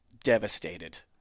devastated